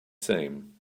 same